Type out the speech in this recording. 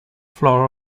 floor